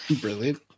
brilliant